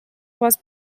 was